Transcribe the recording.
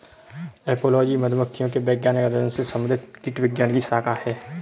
apiology मधुमक्खियों के वैज्ञानिक अध्ययन से संबंधित कीटविज्ञान की शाखा है